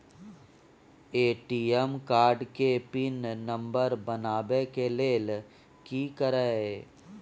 ATM card के pin number बनाबै के लेल की करिए?